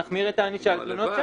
נחמיר את הענישה על תלונות שווא.